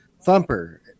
Thumper